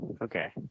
okay